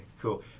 cool